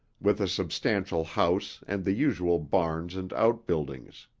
with a substantial house and the usual barns and outbuildings.